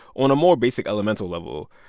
on a more basic elemental level,